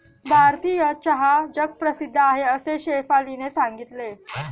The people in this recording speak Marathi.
भारतीय चहा जगप्रसिद्ध आहे असे शेफालीने सांगितले